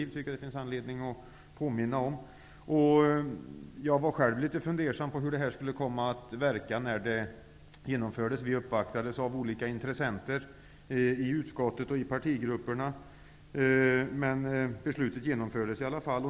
Jag tycker att det finns anledning att påminna om det. Jag var själv litet fundersam på hur detta skulle komma att verka när det genomfördes. Vi uppvaktades av olika intressenter i utskottet och i partigrupperna. Beslutet genomfördes i alla fall.